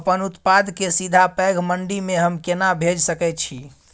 अपन उत्पाद के सीधा पैघ मंडी में हम केना भेज सकै छी?